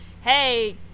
hey